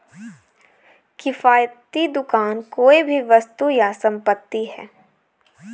किफ़ायती दुकान कोई भी वस्तु या संपत्ति है